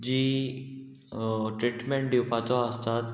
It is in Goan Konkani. जी ट्रिटमेंट दिवपाचो आसतात